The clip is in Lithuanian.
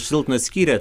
silpną skyrė